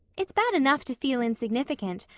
it's bad enough to feel insignificant,